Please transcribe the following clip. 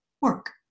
work